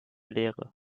lehre